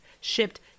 shipped